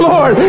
Lord